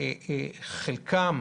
חלקם,